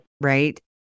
right